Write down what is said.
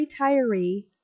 retiree